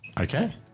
Okay